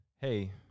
hey